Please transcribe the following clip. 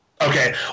okay